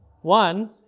One